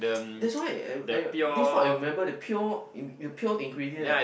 that's why I I that's what I remember the pure the pure ingredient